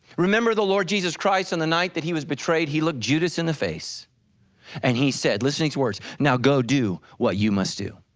remember the lord jesus christ on the night that he was betrayed, he looked judas in the face and he said, listening to hid words, now go do what you must do.